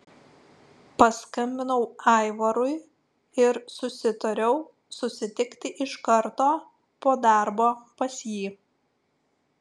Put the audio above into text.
paskambinau aivarui ir susitariau susitikti iš karto po darbo pas jį